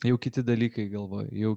jau kiti dalykai galvoj jau